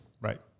Right